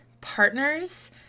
partners